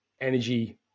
energy